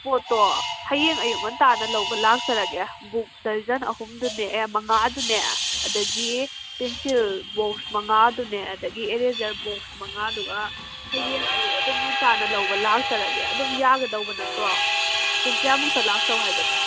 ꯄꯣꯠꯇꯣ ꯍꯌꯦꯡ ꯑꯌꯨꯛ ꯉꯟꯇꯥꯅ ꯂꯧꯕ ꯂꯥꯛꯆꯔꯒꯦ ꯕꯨꯛ ꯗꯔꯖꯟ ꯑꯍꯨꯝꯗꯨꯅꯦ ꯑꯦ ꯃꯉꯥ ꯑꯗꯨꯅꯦ ꯑꯗꯨꯗꯒꯤ ꯄꯦꯟꯁꯤꯜ ꯕꯣꯛꯁ ꯃꯉꯥꯗꯨꯅꯦ ꯑꯗꯨꯗꯒꯤ ꯏꯔꯦꯖꯔ ꯕꯣꯛꯁ ꯃꯉꯥꯗꯨꯒ ꯍꯌꯦꯡ ꯑꯌꯨꯛ ꯑꯗꯨꯝ ꯉꯟꯇꯥꯅ ꯂꯧꯕ ꯂꯥꯛꯆꯔꯒꯦ ꯑꯗꯨꯝ ꯌꯥꯒꯗꯧꯕ ꯅꯠꯇ꯭ꯔꯣ ꯄꯨꯡ ꯀꯌꯥꯃꯨꯛꯇ ꯂꯥꯛꯆꯧ ꯍꯥꯏꯕꯅꯣ